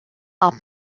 are